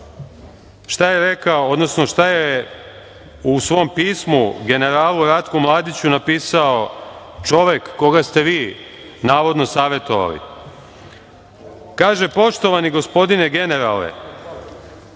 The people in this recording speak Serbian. u svom pismu generalu Ratku Mladiću napisao čovek koga ste vi navodno savetovali. Kaže: „Poštovani gospodine generale,